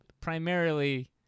primarily